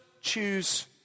choose